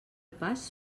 pas